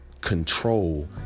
control